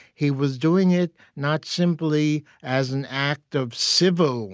he was doing it not simply as an act of civil